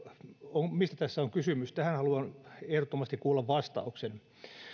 mistä tässä on kysymys tähän haluan ehdottomasti kuulla vastauksen